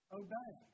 obey